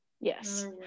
Yes